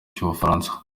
cy’ubufaransa